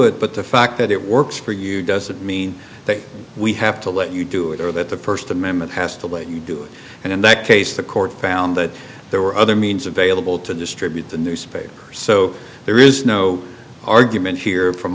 it but the fact that it works for you doesn't mean that we have to let you do it or that the first amendment has to let you do it and in that case the court found that there were other means available to distribute the newspaper so there is no argument here from